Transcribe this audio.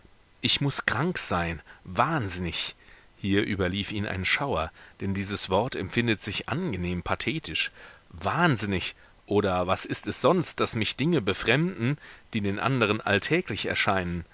ich muß krank sein wahnsinnig hier überlief ihn ein schauer denn dieses wort empfindet sich angenehm pathetisch wahnsinnig oder was ist es sonst daß mich dinge befremden die den anderen alltäglich erscheinen